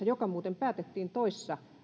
joka muuten päätettiin toissa